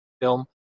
film